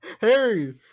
Harry